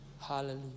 Hallelujah